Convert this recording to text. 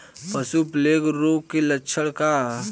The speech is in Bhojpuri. पशु प्लेग रोग के लक्षण का ह?